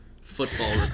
football